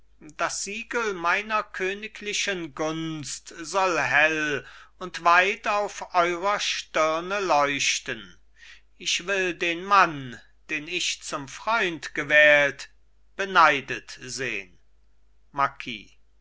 das siegel meiner königlichen gunst soll hell und weit auf eurer stirne leuchten ich will den mann den ich zum freund gewählt beneidet sehn